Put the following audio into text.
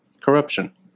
corruption